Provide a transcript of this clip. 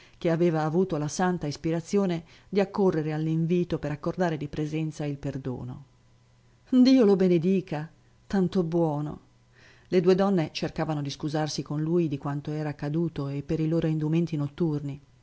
che aveva avuto la santa ispirazione di accorrere all'invito per accordare di presenza il perdono dio lo benedica tanto buono le due donne cercavano di scusarsi con lui di quanto era accaduto e per i loro indumenti notturni